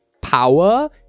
power